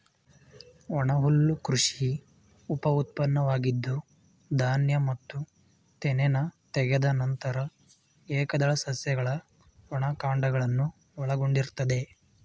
ಒಣಹುಲ್ಲು ಕೃಷಿ ಉಪಉತ್ಪನ್ನವಾಗಿದ್ದು ಧಾನ್ಯ ಮತ್ತು ತೆನೆನ ತೆಗೆದ ನಂತರ ಏಕದಳ ಸಸ್ಯಗಳ ಒಣ ಕಾಂಡಗಳನ್ನು ಒಳಗೊಂಡಿರ್ತದೆ